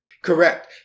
Correct